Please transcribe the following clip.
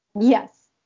Yes